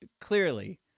clearly